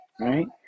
right